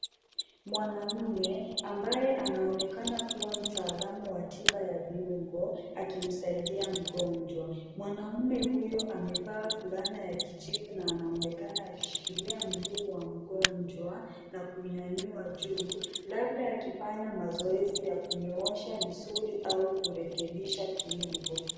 Mwanamme ambaye anaonekana kua mutaalamu wa tiba ya viungo akimsaidia mgonjwa, mwanamme huyo amevaa fulana ya kijivu na anaonekana akishikilia mguu wa mgonjwa na kunyanyua juu, labda akifanya mazoezi ya kunyoosha misuli au kurekebisha kiungo .